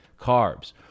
carbs